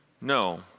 No